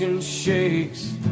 shakes